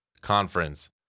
Conference